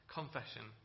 confession